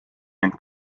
ent